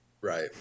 right